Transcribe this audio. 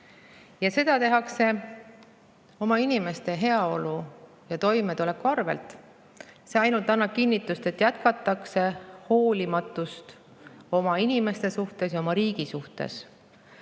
ja seda tehakse oma inimeste heaolu ja toimetuleku arvelt. See ainult annab kinnitust, et jätkatakse hoolimatust oma inimeste ja oma riigi suhtes.